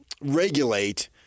regulate